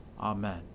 Amen